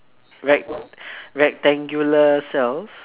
rect~ rectangular cells